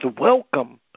welcome